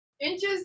Inches